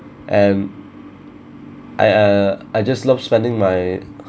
and I uh I just love spending my